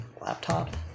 laptop